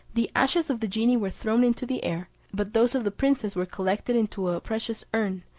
the ashes of the genie were thrown into the air, but those of the princess were collected into a precious urn,